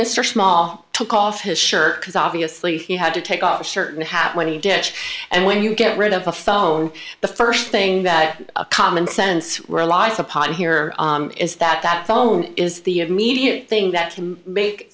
mr small took off his shirt because obviously he had to take off certain hat when he ditched and when you get rid of a phone the st thing that a commonsense relies upon here is that that phone is the immediate thing that can make